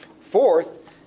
Fourth